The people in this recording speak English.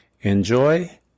enjoy